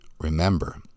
Remember